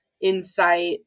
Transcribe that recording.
Insight